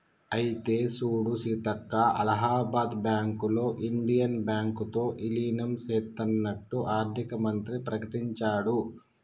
అయితే సూడు సీతక్క అలహాబాద్ బ్యాంకులో ఇండియన్ బ్యాంకు తో ఇలీనం సేత్తన్నట్టు ఆర్థిక మంత్రి ప్రకటించాడు